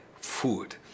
food